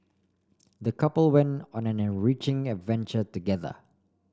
the couple went on an enriching adventure together